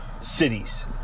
cities